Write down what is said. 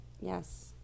yes